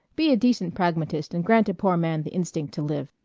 be a decent pragmatist and grant a poor man the instinct to live.